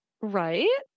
Right